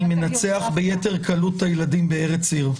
אני מנצח ביתר קלות את הילדים בארץ-עיר.